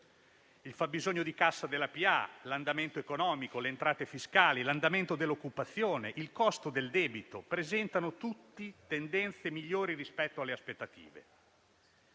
Il fabbisogno di cassa della pubblica amministrazione, l'andamento economico, le entrate fiscali, l'andamento dell'occupazione, il costo del debito presentano tutti tendenze migliori rispetto alle aspettative.